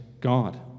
God